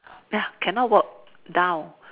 ya cannot work down